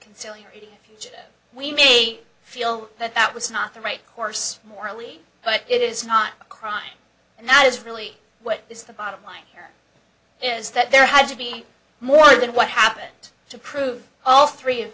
conciliar we may feel that that was not the right course morally but it is not a crime and that is really what is the bottom line here is that there had to be more than what happened to prove all three of